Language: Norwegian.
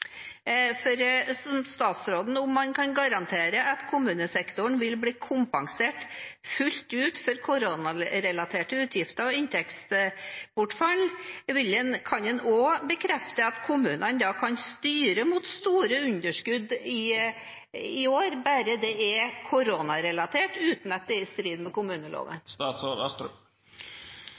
statsråden garantere at kommunesektoren vil bli kompensert fullt ut for koronarelaterte utgifter og inntektsbortfall? Kan han også bekrefte at kommunene da kan styre mot store underskudd i år, bare det er koronarelatert, uten at det er i strid med kommuneloven?